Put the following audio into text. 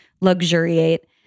luxuriate